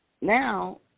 now